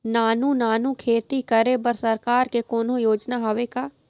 नानू नानू खेती करे बर सरकार के कोन्हो योजना हावे का?